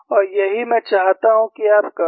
और यही मैं चाहता हूँ कि आप करो